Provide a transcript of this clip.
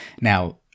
Now